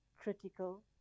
critical